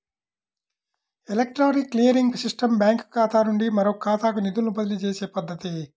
electronic clearing system బ్యాంకుఖాతా నుండి మరొకఖాతాకు నిధులను బదిలీచేసే పద్ధతి